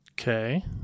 Okay